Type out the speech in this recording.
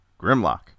Grimlock